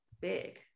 big